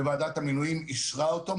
וועדת המינויים אישרה אותו,